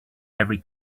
every